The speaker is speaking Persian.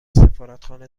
سفارتخانه